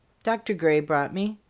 dr. gray brought me.